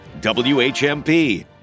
WHMP